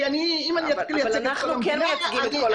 אני מייצגת את נתניה.